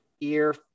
ear